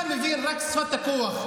אתה מבין רק את שפת הכוח,